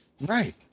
Right